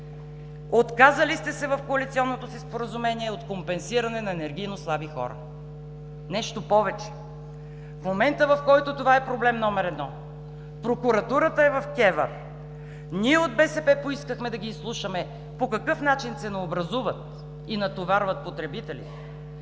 Отказали сте се в коалиционното си споразумение от компенсиране на енергийно слаби хора. Нещо повече, в момента, в който това е проблем номер едно, прокуратурата е в КЕВР, ние от БСП поискахме да ги изслушаме по какъв начин ценообразуват и натоварват потребителите,